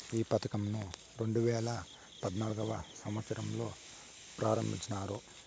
ఈ పథకంను రెండేవేల పద్నాలుగవ సంవచ్చరంలో ఆరంభించారు